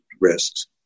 risks